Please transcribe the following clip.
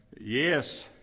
Yes